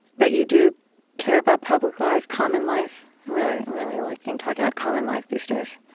but you do care about public life, common life really, really liking talking about common life these days.